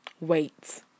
Wait